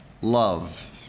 love